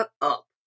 up